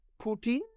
Putin